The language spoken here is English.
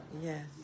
Yes